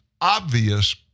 obvious